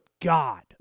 God